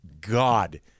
God